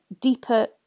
deeper